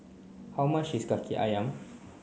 how much is Kaki Ayam